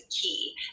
key